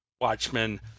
Watchmen